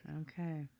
Okay